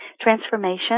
transformation